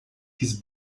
his